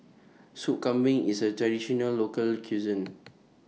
Sup Kambing IS A Traditional Local Cuisine